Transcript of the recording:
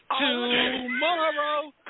tomorrow